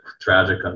tragic